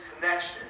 connection